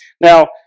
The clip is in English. now